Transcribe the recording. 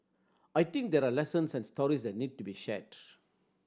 I think there are lessons and stories that need to be shared